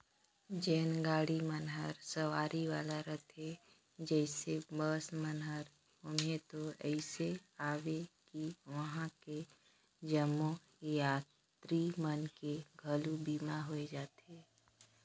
जेन गाड़ी मन हर सवारी वाला रथे जइसे बस मन हर ओम्हें तो अइसे अवे कि वंहा के जम्मो यातरी मन के घलो बीमा होय जाथे